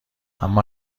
اما